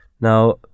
now